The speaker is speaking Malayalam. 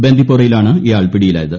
ബന്ദിപ്പോറയിലാണ് ഇയാൾ പിടിയിലായത്